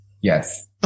Yes